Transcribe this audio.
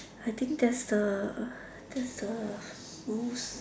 I think that's the that's the rules